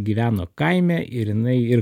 gyveno kaime ir jinai ir